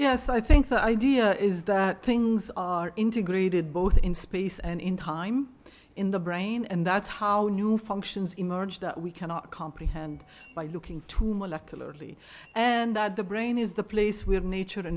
yes i think the idea is that things are integrated both in space and in time in the brain and that's how you functions emerge that we cannot comprehend by looking to molecularly and that the brain is the place with nature to